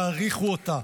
תעריכו אותה,